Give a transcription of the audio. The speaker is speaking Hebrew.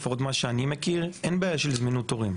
לפחות מה שאני מכיר אין בעיה של זמינות תורים.